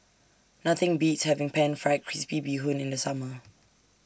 Nothing Beats having Pan Fried Crispy Bee Hoon in The Summer